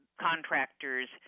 contractors